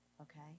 okay